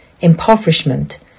impoverishment